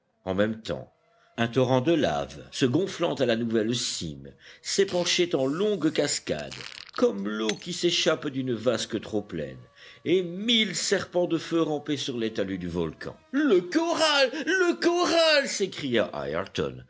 en même temps un torrent de laves se gonflant à la nouvelle cime s'épanchait en longues cascades comme l'eau qui s'échappe d'une vasque trop pleine et mille serpents de feu rampaient sur les talus du volcan le corral le corral s'écria ayrton